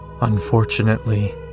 Unfortunately